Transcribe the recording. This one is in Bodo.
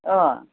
अह